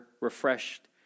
refreshed